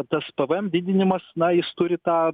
tas pvm didinimas na jis turi tą